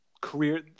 career